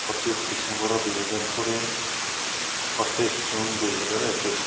ପଚିଶ ଡିସେମ୍ବର ଦୁଇହଜାର କୋଡ଼ିଏ ଅଠେଇଶ ଜୁନ ଦୁଇହଜାର ଏକୋଇଶ